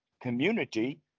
community